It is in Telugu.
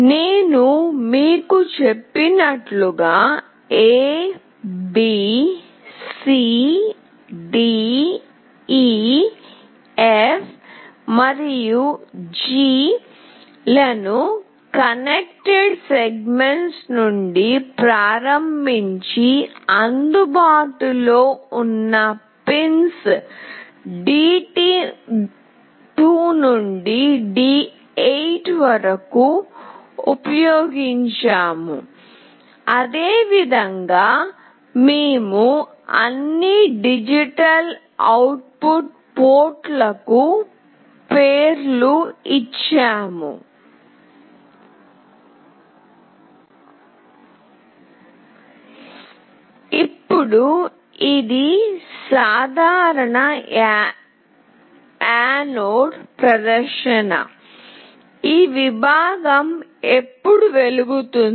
నేను మీకు చెప్పినట్లుగా A B C D E F మరియు G లను కనెక్టెడ్ సెగ్మెంట్స్ నుండి ప్రారంభించి అందుబాటులో ఉన్న పిన్స్ D2 నుండి D8 వరకు ఉపయోగించాము అదే విధంగా మేము అన్ని డిజిటల్ అవుట్పుట్ పోర్టులకు పేర్లు ఇచ్చాము ఇప్పుడు ఇది సాధారణ యానోడ్ ప్రదర్శన ఈ విభాగం ఎప్పుడు వెలుగుతుంది